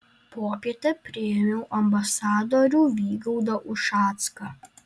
popietę priėmiau ambasadorių vygaudą ušacką